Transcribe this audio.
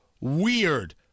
weird